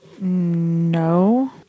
No